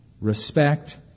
Respect